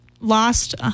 lost